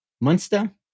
Munster